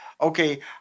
okay